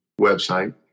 website